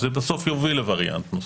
זה בסוף יוביל לווריאנט נוסף.